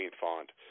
font